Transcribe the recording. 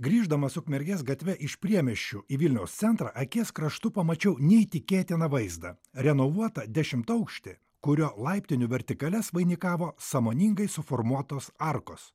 grįždamas ukmergės gatve iš priemiesčių į vilniaus centrą akies kraštu pamačiau neįtikėtiną vaizdą renovuotą dešimtaukštį kurio laiptinių vertikales vainikavo sąmoningai suformuotos arkos